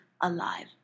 alive